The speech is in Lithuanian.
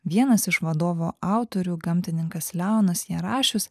vienas iš vadovo autorių gamtininkas leonas jarašius